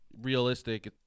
realistic